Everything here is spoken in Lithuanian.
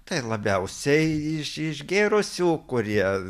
tai labiausiai iš išgėrusių kurie